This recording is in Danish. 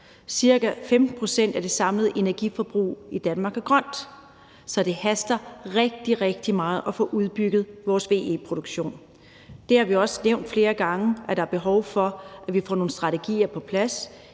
Ca. 15 pct. af det samlede energiforbrug i Danmark er grønt, så det haster rigtig, rigtig meget med at få udbygget vores VE-produktion. Vi har også nævnt flere gange, at der behov for, at vi får nogle strategier på plads